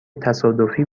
تصادفی